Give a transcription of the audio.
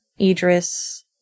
Idris